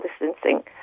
distancing